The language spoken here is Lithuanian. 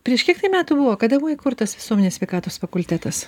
prieš kiek tai metų buvo kada buvo įkurtas visuomenės sveikatos fakultetas